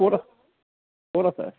ক'ত আছে ক'ত আছে